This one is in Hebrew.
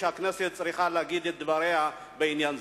והכנסת צריכה להגיד את דבריה בעניין זה.